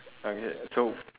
okay so